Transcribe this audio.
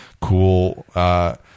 cool